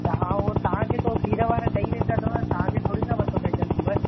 त हा उहो तव्हांखे त उहो खीर वारा ॾेई वेंदा अथव तव्हांखे थोरी न पतो पवंदुव